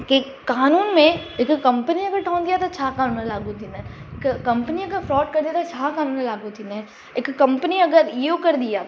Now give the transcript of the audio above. की क़ानून में हिकु कंपनीअ खे ठहंदी आहे त छा क़ानून लाॻू थींदा हिकु कंपनी अगरि फ्रॉड कंदी आहे त छा क़ानून लाॻू थींदा आहिनि हिकु कंपनी अगरि इहो कंदी आहे